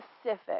specific